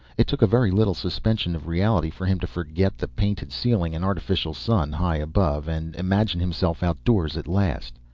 it took very little suspension of reality for him to forget the painted ceiling and artificial sun high above and imagine himself outdoors at last.